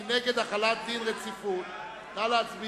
הממשלה על רצונה להחיל דין רציפות על הצעת חוק הגנת עדים,